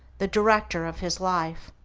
the director of his life.